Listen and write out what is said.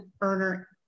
earner